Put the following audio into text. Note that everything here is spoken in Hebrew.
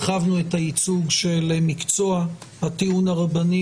הרחבנו את הייצוג של מקצוע הטיעון הרבני,